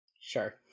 Sure